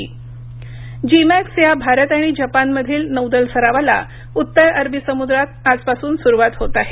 Bharat Japan सराव जिमॅक्स या भारत आणि जपानमधील नौदल सरावाला उत्तर अरबी समुद्रात आजपासून सुरुवात होत आहे